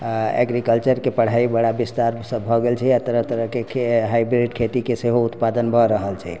आ एग्रीकल्चरके पढ़ाइ बड़ा विस्तारसँ भऽ गेल छै आ तरह तरहके खे हायब्रिड खेतीके सेहो उत्पादन भऽ रहल छै